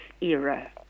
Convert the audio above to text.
era